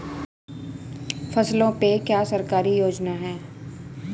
फसलों पे क्या सरकारी योजना है?